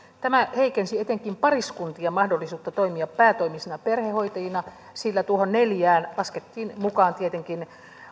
tämä heikensi etenkin pariskuntien mahdollisuutta toimia päätoimisina perhehoitajina sillä tuohon neljään laskettiin mukaan tietenkin